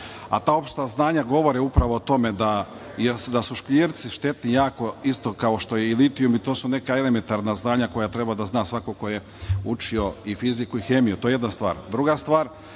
a ta opšta znanja govore o tome da su škriljci štetni jako isto kao što je i litijum, i to su neka elementarna znanja koje treba da zna svako ko je učio i fiziku i hemiju. To je jedna stvar. Druga